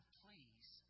please